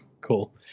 cool